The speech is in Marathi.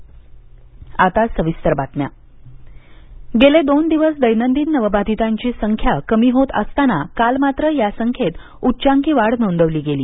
राज्य कोविड आकडेवारी गेले दोन दिवस दैनदिन नवबाधीतांची संख्या कमी होत असताना काल मात्र या संख्येत उच्चांकी वाढ नोंदवली गेली